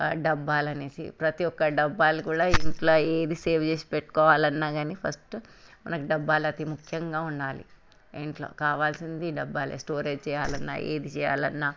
డబ్బాలనేసి ప్రతి ఒక్క డబ్బాలు కూడా ఇంట్లో ఏది సేవ్ చేసి పెట్టుకోవాలన్న కాని ఫస్టు ఏది సేవ్ చేసి పెట్టుకోవాలని ఫస్ట్ మనకు డబ్బాలవి ముఖ్యంగా ఉండాలి ఇంట్లో కావలసినది డబ్బాలే స్టోరేజ్ చేయాలన్న ఏది చేయాలన్న